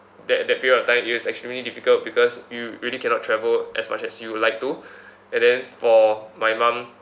that that period of time it was extremely difficult because you really cannot travel as much as you would like to and then for my mum